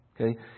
Okay